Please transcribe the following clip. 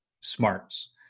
smarts